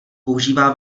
používá